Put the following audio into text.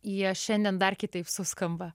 jie šiandien dar kitaip suskamba